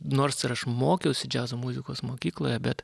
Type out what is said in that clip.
nors ir aš mokiausi džiazo muzikos mokykloje bet